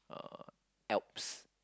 uh Alps